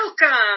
Welcome